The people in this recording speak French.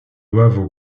doivent